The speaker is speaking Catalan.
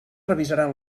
revisaran